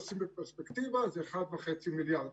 לשים בפרספקטיבה זה 1.5 מיליארד.